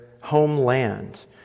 homeland